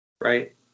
right